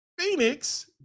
Phoenix